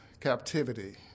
captivity